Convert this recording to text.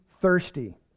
thirsty